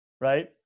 Right